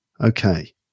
Okay